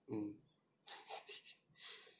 mm